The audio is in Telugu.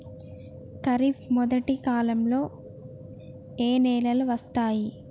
ఖరీఫ్ మొదటి కాలంలో ఏ నెలలు వస్తాయి?